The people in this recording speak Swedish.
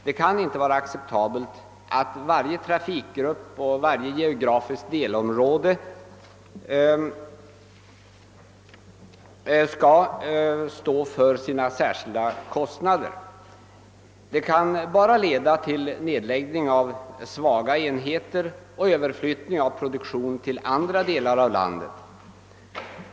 Det kan inte vara acceptabelt att varje trafikgrupp och varje geografiskt delområde skall stå för sina särskilda kostnader. Det leder oundvikligt till nedläggning av svaga enheter och överflyttning av produktion till andra delar av landet.